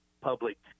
public